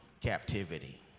captivity